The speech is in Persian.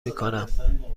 میکنم